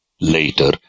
later